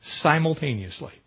Simultaneously